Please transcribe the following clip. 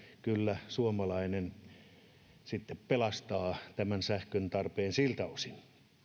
kyllä suomalainen pelastaa sähköntarpeen siltä osin